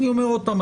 אני אומר עוד פעם,